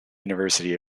university